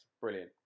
brilliant